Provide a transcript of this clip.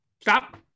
Stop